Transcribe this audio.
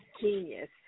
genius